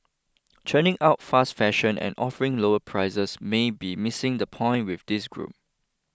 churning out fast fashion and offering lower prices may be missing the point with this group